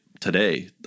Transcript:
today